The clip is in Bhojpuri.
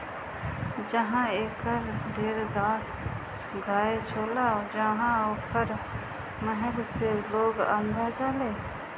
जहाँ एकर ढेर गाछ होला उहाँ ओकरा महक से लोग अघा जालें